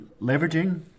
leveraging